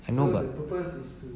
I know but